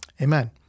amen